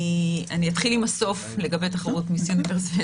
אתחיל עם הסוף, לגבי תחרות מיס יוניברס.